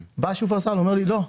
בא שופרסל ואומר לי: לא,